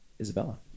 Isabella